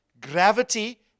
gravity